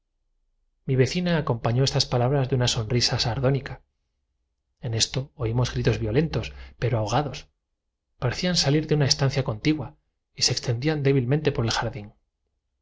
mi vecina acompañó estas palabras de una sonrisa sardónica en caballerole dije mientras éste me daba los esto oímos gritos violentos pero ahogados parecían salir de una es naipes me hace usted el favor de desniarcarf tancia contigua y se extendían débilmente por el jardín